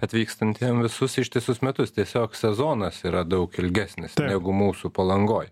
atvykstantiem visus ištisus metus tiesiog sezonas yra daug ilgesnis negu mūsų palangoj